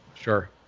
sure